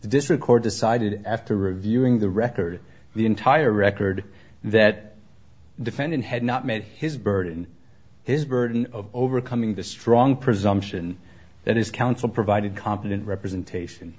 this record decided after reviewing the record the entire record that defendant had not met his burden his burden of overcoming the strong presumption that his counsel provided competent representation